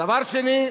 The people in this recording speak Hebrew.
דבר שני,